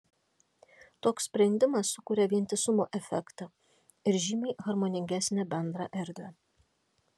toks sprendimas sukuria vientisumo efektą ir žymiai harmoningesnę bendrą erdvę